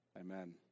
Amen